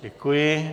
Děkuji.